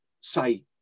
say